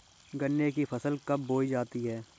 गन्ने की फसल कब बोई जाती है?